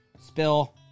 Spill